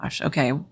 Okay